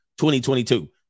2022